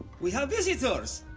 we have visitors!